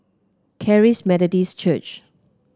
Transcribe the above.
Charis Methodist Church